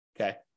okay